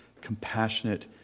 compassionate